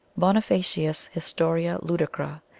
bonifacius, historia ludicra,